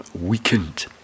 weakened